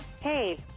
Hey